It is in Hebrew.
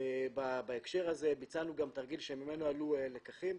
בהקשר הזה ביצענו גם תרגיל שממנו עלו לקחים.